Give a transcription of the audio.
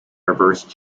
reverse